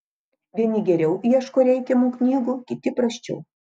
vieni geriau ieško reikiamų knygų kiti prasčiau